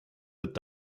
wird